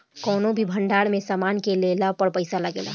कौनो भी भंडार में सामान के लेला पर पैसा लागेला